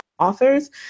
authors